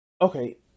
Okay